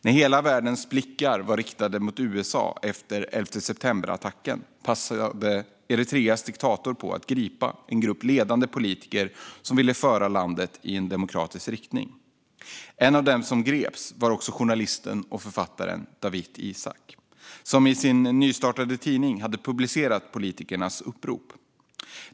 När hela världens blickar var riktade mot USA efter attacken den 11 september passade Eritreas diktator på att gripa en grupp ledande politiker som ville föra landet i en demokratisk riktning. En som också greps var journalisten och författaren Dawit Isaak, som i sin nystartade tidning hade publicerat politikernas upprop.